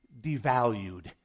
devalued